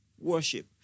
worship